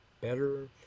Better